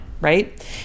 right